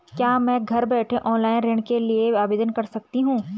क्या मैं घर बैठे ऑनलाइन ऋण के लिए आवेदन कर सकती हूँ?